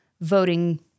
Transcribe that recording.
voting